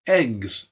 eggs